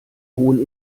hohen